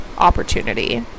Opportunity